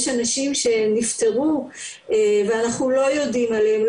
אנשים שנפטרו ואנחנו לא יודעים עליהם,